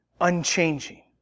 unchanging